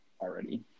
already